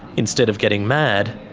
instead of getting mad,